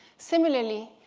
similarly,